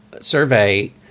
Survey